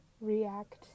react